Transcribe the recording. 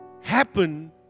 happen